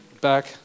back